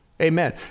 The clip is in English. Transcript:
Amen